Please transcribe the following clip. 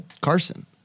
Carson